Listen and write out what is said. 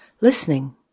listening